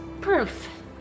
proof